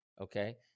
Okay